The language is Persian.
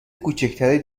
کوچکتری